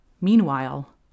Meanwhile